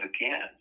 again